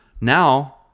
now